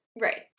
Right